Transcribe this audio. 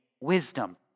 wisdom